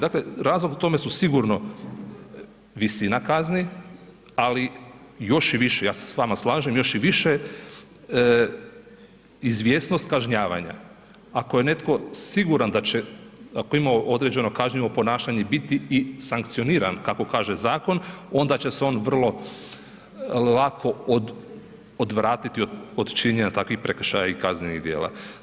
Dakle, razlog tome su sigurno visina kazni, ali još i više, ja se s vama slažem, još i više izvjesnost kažnjavanja, ako je netko siguran da će, ako je imao određeno kažnjivo ponašanje biti i sankcioniran kako kaže zakon, onda će se on vrlo lako odvratiti od činjenja takvih prekršaja i kaznenih djela.